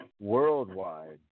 worldwide